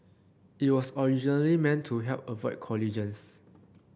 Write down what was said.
it was originally meant to help avoid collisions